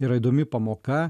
yra įdomi pamoka